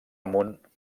amunt